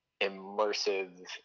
immersive